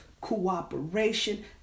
cooperation